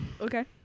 okay